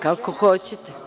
Kako hoćete.